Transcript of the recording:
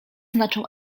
znaczą